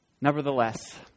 Nevertheless